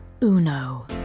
Uno